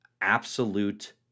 absolute